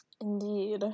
Indeed